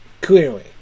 Clearly